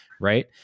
right